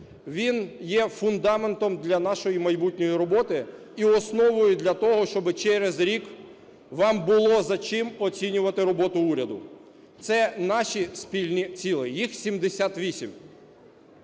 Він є фундаментом для нашої майбутньої роботи і основою для того, щоби через рік вам було за чим оцінювати роботу уряду. Це наші спільні цілі, їх 78.